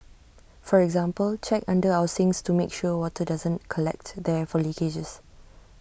for example check under our sinks to make sure water doesn't collect there from leakages